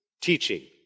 teaching